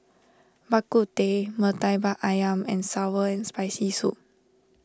Bak Kut Teh Murtabak Ayam and Sour and Spicy Soup